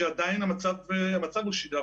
כשעדיין המצב הוא שגרה,